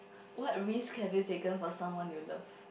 what risk have you taken for someone you love